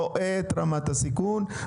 רואה את רמת הסיכון,